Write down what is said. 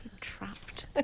Trapped